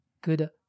good